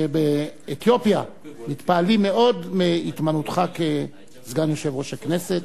שבאתיופיה מתפעלים מאוד מהתמנותך לסגן יושב-ראש הכנסת.